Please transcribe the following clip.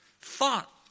thought